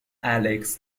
alex